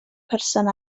berson